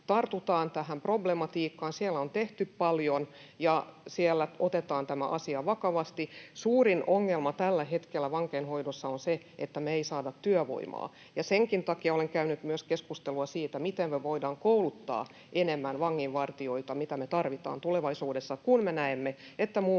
tartutaan tähän problematiikkaan, siellä on tehty paljon, ja siellä otetaan tämä asia vakavasti. Suurin ongelma tällä hetkellä vankeinhoidossa on se, että me ei saada työvoimaa, ja senkin takia olen käynyt myös keskustelua siitä, miten me voidaan kouluttaa enemmän vanginvartijoita, mitä me tarvitaan tulevaisuudessa, kun me näemme, että muun muassa